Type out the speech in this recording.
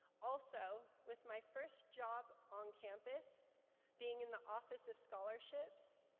also, with my first job on campus being in the office of scholarships,